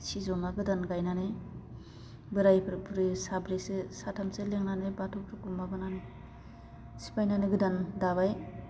सिजौ मा गोदान गायनानै बोराइफोर बुरै साब्रैसो साथामसो लेंनानै बाथौफोरखौ माबानानै सिफायनानै गोदान दाबाय